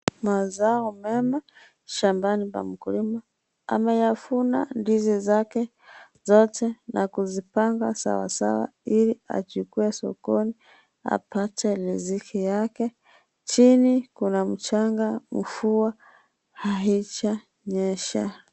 Mazao mema shambani pa mkulima ,ameyavuna ndizi zake zote na kuzpanga sawasawa ili achukue sokoni apate riziki yake. Chini kuna mchanga ,mvua haijanyesha.